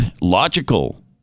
logical